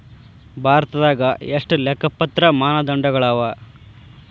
ಭಾರತದಾಗ ಎಷ್ಟ ಲೆಕ್ಕಪತ್ರ ಮಾನದಂಡಗಳವ?